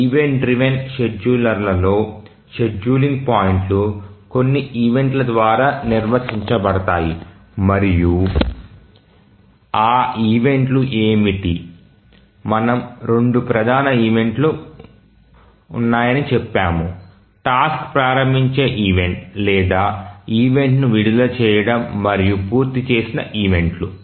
event driven షెడ్యూలర్లో scheduling పాయింట్లు కొన్ని ఈవెంట్ల ద్వారా నిర్వచించబడతాయి మరియు ఆ ఈవెంట్ లు ఏమిటి మనము రెండు ప్రధాన ఈవెంట్ లు ఉన్నాయని చెప్పాము టాస్క్ ప్రారంభించే ఈవెంట్ లేదా ఈవెంట్ను విడుదల చేయడం మరియు పూర్తి చేసిన ఈవెంట్ లు